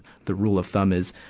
the rule of thumb is,